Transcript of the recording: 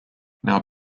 now